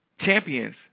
Champions